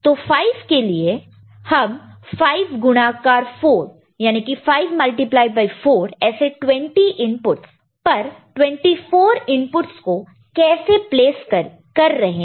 तो 5 के लिए हम 5 गुणाकार मल्टीप्लाई multiplied 4 ऐसे 20 इनपुटस पर 24 इनपुटस को कैसे प्लेस कर रहे हैं